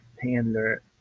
handler